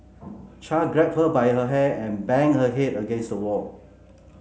Char grabbed her by her hair and banged her head against the wall